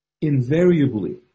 invariably